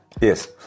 Yes